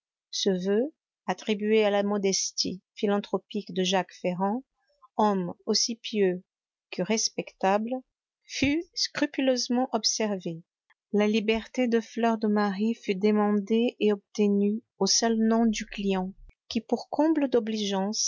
ce voeu attribué à la modestie philanthropique de jacques ferrand homme aussi pieux que respectable fut scrupuleusement observé la liberté de fleur de marie fut demandée et obtenue au seul nom du client qui pour comble